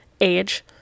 age